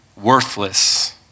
worthless